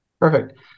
Perfect